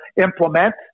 implement